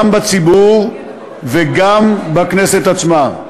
גם בציבור וגם בכנסת עצמה.